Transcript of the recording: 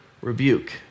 rebuke